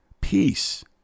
Peace